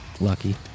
Lucky